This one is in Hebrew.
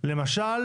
למשל